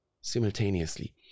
simultaneously